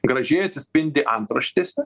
gražiai atsispindi antraštėse